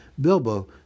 Bilbo